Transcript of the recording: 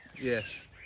Yes